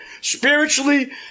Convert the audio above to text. Spiritually